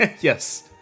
Yes